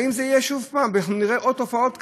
האם זה יהיה שוב ונראה עוד תופעות כאלה?